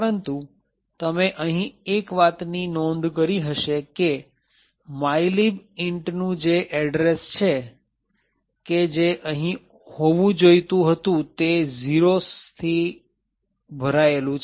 પરંતુ તમે અહીં એક વાતની નોંધ કરી હશે કે mylib intનું જે એડ્રેસ છે કે જે અહીં હોવું જોઈતું હતું તે 0's થી ભરાયેલું છે